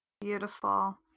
Beautiful